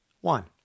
One